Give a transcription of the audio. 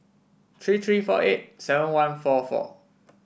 three three four eight seven one four four